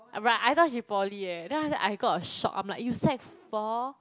right I thought she poly eh then after that I got a shock I'm like you sec four